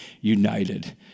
united